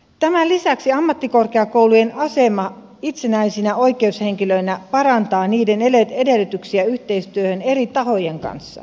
tämän lisäksi ammattikorkeakoulujen asema itsenäisinä oikeushenkilöinä parantaa niiden edellytyksiä yhteistyöhön eri tahojen kanssa